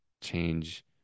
change